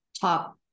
top